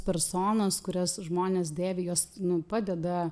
personos kurias žmonės dėvi jos nu padeda